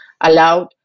allowed